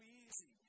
easy